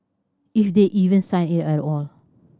if they even sign it at all